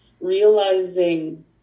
realizing